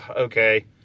okay